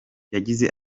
yagize